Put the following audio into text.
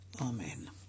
Amen